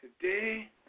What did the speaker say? today